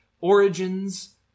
origins